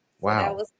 Wow